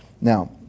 Now